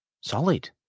solid